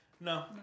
No